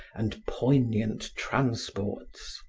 and poignant transports.